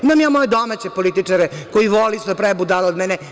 Imam ja moje domaće političare koji vole isto da prave budalu od mene.